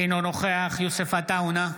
אינו נוכח יוסף עטאונה,